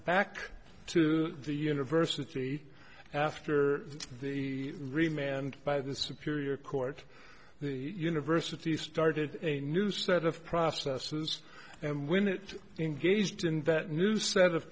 back to the university after the re manned by the superior court the university started a new set of processes and when it engaged in that new set of